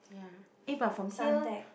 ya eh but from here